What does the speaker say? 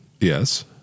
Yes